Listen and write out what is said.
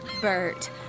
Bert